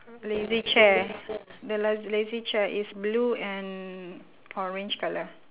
lazy chair the laz~ lazy chair is blue and orange colour